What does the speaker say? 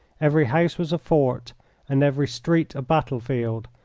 every house was a fort and every street a battle-field,